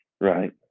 Right